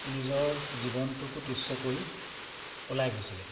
নিজৰ জীৱনটোকো তুচ্ছ কৰি ওলাই গৈছিলে